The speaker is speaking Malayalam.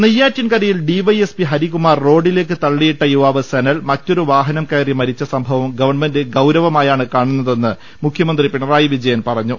നെയ്യാറ്റിൻകരയിൽ ഡിവൈഎസ്പി ഹരികുമാർ റോഡിലേക്ക് തള്ളി യിട്ട യുവാവ് സനൽ മറ്റൊരുവാഹനം കയറി മരിച്ച സംഭവം ഗവൺമെന്റ് ഗൌരവമായാണ് കാണുന്നതെന്ന് മുഖ്യമന്ത്രി പിണറായി വിജയൻ പറഞ്ഞു